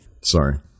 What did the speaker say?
sorry